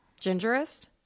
Gingerist